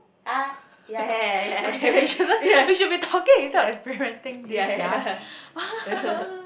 what yeah yeah yeah yeah yeah yeah yeah like yeah yeah yeah yeah